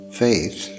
faith